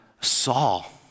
Saul